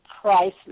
priceless